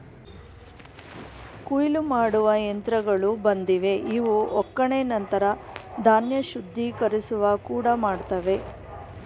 ಕೊಯ್ಲು ಮಾಡುವ ಯಂತ್ರಗಳು ಬಂದಿವೆ ಇವು ಒಕ್ಕಣೆ ನಂತರ ಧಾನ್ಯ ಶುದ್ಧೀಕರಿಸುವ ಕೂಡ ಮಾಡ್ತವೆ